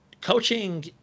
coaching